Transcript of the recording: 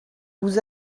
vous